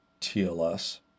TLS